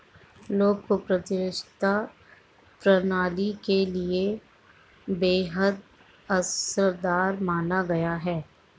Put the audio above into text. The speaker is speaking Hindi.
लौंग को प्रतिरक्षा प्रणाली के लिए बेहद असरदार माना गया है